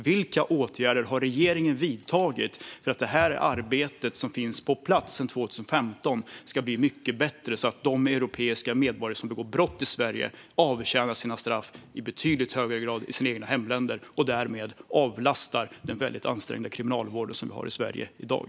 Vilka åtgärder har regeringen vidtagit för att det arbete som finns på plats sedan 2015 ska bli mycket bättre, så att de europeiska medborgare som begår brott i Sverige i betydligt högre grad avtjänar sina straff i sina egna hemländer och därmed avlastar den mycket ansträngda kriminalvård som vi har i Sverige i dag?